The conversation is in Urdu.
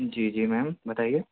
جی جی میم بتائیے